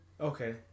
Okay